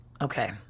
Okay